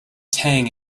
tang